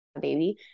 baby